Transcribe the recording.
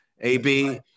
AB